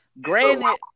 granted